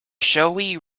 showy